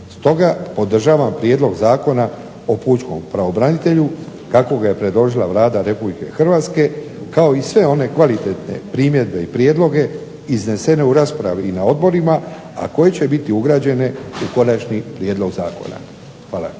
Stoga podržavam Prijedlog Zakona o pučkom pravobranitelju kako ga je predložila Vlada Republike Hrvatske kao i sve one kvalitetne primjedbe i prijedloge iznesene u raspravi i na odborima, a koje će biti ugrađene u konačni prijedlog zakona.